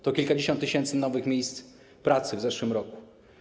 To kilkadziesiąt tysięcy nowych miejsc pracy w zeszłym roku.